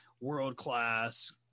world-class